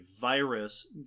virus